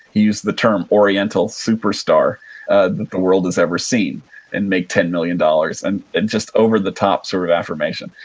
used the term oriental, superstar ah the world has ever seen and make ten million dollars, and just over the top sort of affirmation.